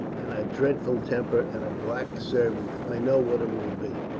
and a dreadful temper, and a black servant. i know what it will be.